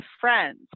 friends